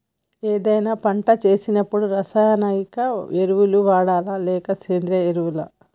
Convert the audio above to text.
ఏదైనా పంట వేసినప్పుడు రసాయనిక ఎరువులు వాడాలా? లేక సేంద్రీయ ఎరవులా?